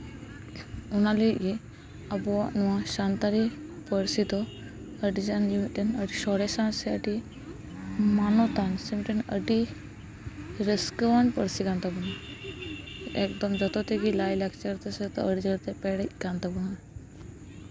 ᱚᱱᱟ ᱞᱟᱹᱜᱤᱫ ᱜᱮ ᱟᱵᱚ ᱱᱚᱣᱟ ᱥᱟᱱᱛᱟᱲᱤ ᱯᱟᱹᱨᱥᱤ ᱫᱚ ᱟᱹᱰᱤ ᱜᱟᱱ ᱜᱮ ᱢᱤᱫᱴᱟᱱ ᱥᱚᱨᱮᱥᱟᱱ ᱥᱮ ᱟᱹᱰᱤ ᱢᱟᱱᱚᱛᱟᱱ ᱢᱤᱫᱴᱮᱱ ᱟᱹᱰᱤ ᱨᱟᱹᱥᱠᱟᱹᱣᱟᱱ ᱯᱟᱹᱨᱥᱤ ᱠᱟᱱ ᱛᱟᱵᱚᱱᱟ ᱮᱠᱫᱚᱢ ᱡᱚᱛᱚ ᱛᱷᱮᱠᱮ ᱞᱟᱭᱼᱞᱟᱠᱪᱟᱨ ᱥᱮ ᱟᱹᱨᱤᱼᱪᱟᱹᱞᱤ ᱛᱮ ᱯᱮᱨᱮᱡ ᱠᱟᱱ ᱛᱟᱵᱚᱱᱟ